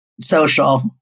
social